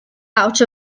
out